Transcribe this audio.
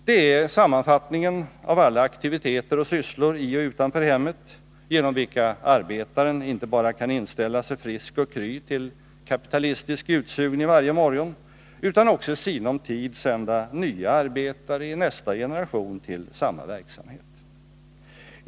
Det är sammanfattningen av alla aktiviteter och sysslor i och utanför hemmet genom vilka arbetaren inte bara kan inställa sig frisk och kry till kapitalistisk utsugning varje morgon utan också i sinom tid sända nya arbetare i nästa generation till samma verksamhet.